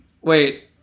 Wait